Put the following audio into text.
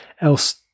else